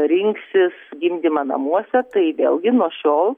rinksis gimdymą namuose tai vėlgi nuo šiol